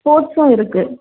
ஸ்போர்ட்ஸும் இருக்குது